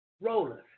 Rollers